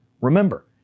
Remember